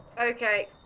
Okay